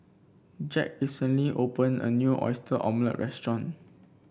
Jack recently opened a new Oyster Omelette restaurant